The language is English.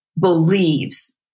believes